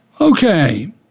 Okay